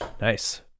Nice